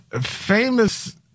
Famous